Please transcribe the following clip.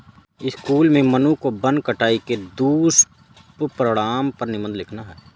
school में मन्नू को वन कटाई के दुष्परिणाम पर निबंध लिखना है